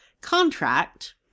contract